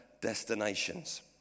destinations